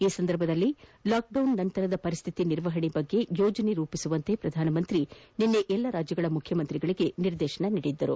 ಈ ಸಂದರ್ಭದಲ್ಲಿ ಲಾಕ್ಡೌನ್ ನಂತರದ ಪರಿಸ್ಥಿತಿ ನಿರ್ವಹಣೆ ಕುರಿತು ಯೋಜನೆ ರೂಪಿಸುವಂತೆ ಪ್ರಧಾನಮಂತ್ರಿ ನಿನ್ನೆ ಎಲ್ಲ ರಾಜ್ಯಗಳ ಮುಖ್ಯಮಂತ್ರಿಗಳಿಗೆ ನಿರ್ದೇಶನ ನೀಡಿದ್ದರು